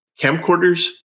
camcorders